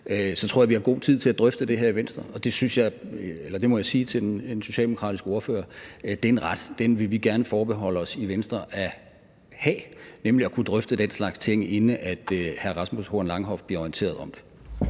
tror jeg, at vi har god tid til at drøfte det her i Venstre, og der må jeg sige til den socialdemokratiske ordfører, at den ret vil vi gerne forbeholde os at have i Venstre, nemlig til at drøfte den slags ting, inden hr. Rasmus Horn Langhoff bliver orienteret om det.